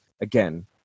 again